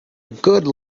good